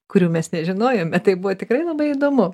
kurių mes nežinojome tai buvo tikrai labai įdomu